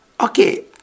Okay